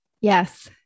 Yes